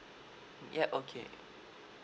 yup okay